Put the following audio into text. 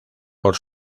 por